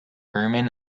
hermann